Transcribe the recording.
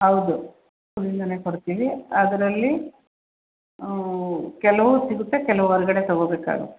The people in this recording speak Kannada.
ಹೌದು ಸ್ಕೂಲಿಂದಾನೆ ಕೊಡ್ತೀವಿ ಅದರಲ್ಲಿ ಕೆಲವು ಸಿಗುತ್ತೆ ಕೆಲವು ಹೊರ್ಗಡೆ ತಗೊಬೇಕಾಗುತ್ತೆ